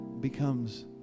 becomes